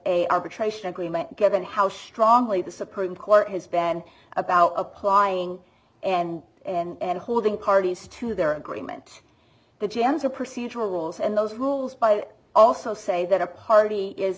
a arbitration agreement given how strongly the supreme court has banned about applying and and holding parties to their agreement the chance of procedural rules and those rules by also say that a party is